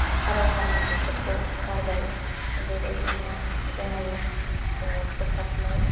फारौ हानाय बेफोरखौ गारबाय बेबायदिनो जोंनि फोसाबनाय